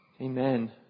Amen